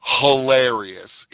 hilarious